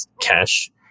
cash